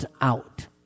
out